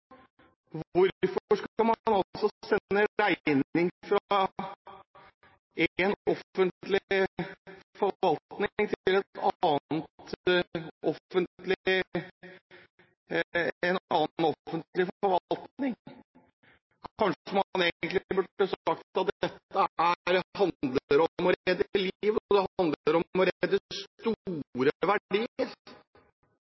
fra en offentlig forvaltning til en annen offentlig forvaltning? Kanskje man egentlig burde sagt at dette handler om å redde liv, og det handler om å